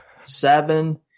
seven